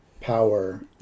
power